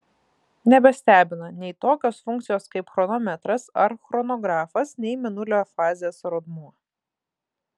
nebestebina nei tokios funkcijos kaip chronometras ar chronografas nei mėnulio fazės rodmuo